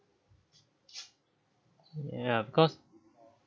ya of course